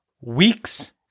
weeks